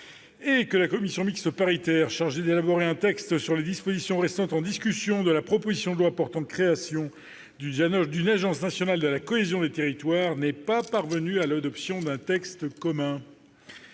la commission mixte paritaire chargée d'élaborer un texte sur les dispositions restant en discussion de la proposition de loi portant création d'une Agence nationale de la cohésion des territoires n'est pas parvenue à l'adoption d'un texte commun.